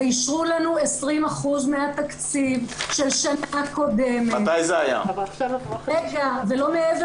ואישרו לנו 20% מהתקציב של שנה קודמת ולא מעבר לזה.